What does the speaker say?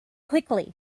quickly